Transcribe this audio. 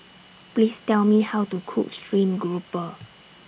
Please Tell Me How to Cook Stream Grouper